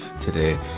today